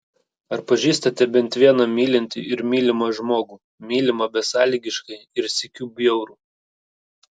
ar pažįstate bent vieną mylintį ir mylimą žmogų mylimą besąlygiškai ir sykiu bjaurų